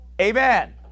Amen